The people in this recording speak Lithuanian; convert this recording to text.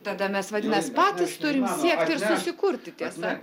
tada mes vadinas patys turim siekt ir susikurti tiesa